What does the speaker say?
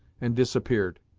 and disappeared.